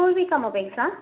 Poorvika மொபைல்ஸா